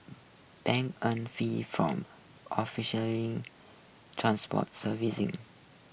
banks on fees from offering transport services